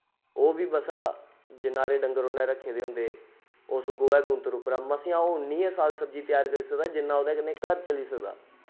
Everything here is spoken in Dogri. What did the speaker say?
ओह् बी बस जिन्ने हारे डंगर उ'नै रक्खे दे होंदे उस गोहे गूह्त्तर उप्परा मसेआं ओह् उन्नी गै साग सब्जी त्यार करी सकदा जिन्ना ओह्दे कन्नै घर चली सकदा